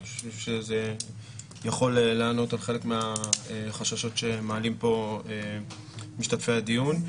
אני חושב שזה יכול לענות על חלק מהחששות שמעלים פה משתתפי הדיון,